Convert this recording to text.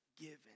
given